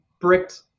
bricked